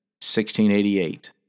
1688